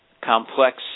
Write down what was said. complex